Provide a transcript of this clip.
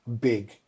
big